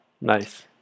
Nice